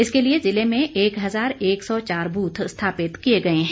इसके लिए जिले में एक हज़ार एक सौ चार बूथ स्थापित किए गए हैं